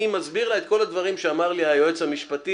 אני מסביר לה את כל הדברים שאמר לי היועץ המשפטי,